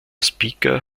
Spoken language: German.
speaker